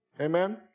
Amen